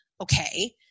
Okay